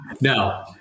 No